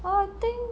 but I think